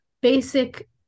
basic